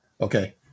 Okay